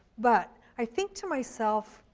but i think to myself,